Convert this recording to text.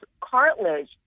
cartilage